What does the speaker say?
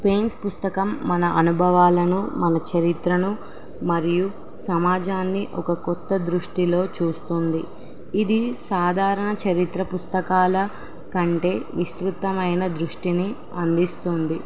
Spain's పుస్తకం మన అనుభవాలను మన చరిత్రను మరియు సమాజాన్ని ఒక కొత్త దృష్టిలో చూస్తుంది ఇది సాధారణ చరిత్ర పుస్తకాల కంటే విస్తృతమైన దృష్టిని అందిస్తుంది